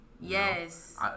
Yes